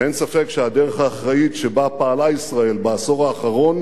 ואין ספק שהדרך האחראית שבה פעלה ישראל בעשור האחרון